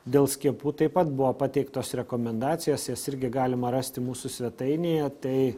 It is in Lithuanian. dėl skiepų taip pat buvo pateiktos rekomendacijos jas irgi galima rasti mūsų svetainėje tai